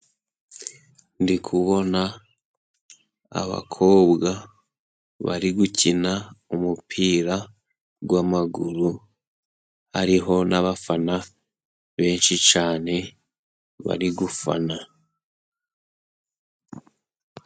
Ndi kubona abakobwa bari gukina umupira w'amaguru, hariho n'abafana benshi cyane, bari gufana.